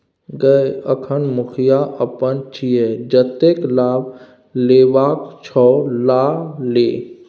गय अखन मुखिया अपन छियै जतेक लाभ लेबाक छौ ल लए